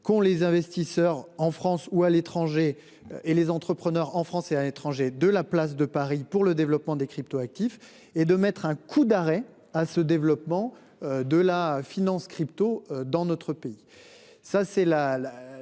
qu'ont les investisseurs en France ou à l'étranger et les entrepreneurs en France et à l'étranger de la place de Paris pour le développement des cryptoactifs et de mettre un coup d'arrêt à ce développement. De la finance crypto dans notre pays.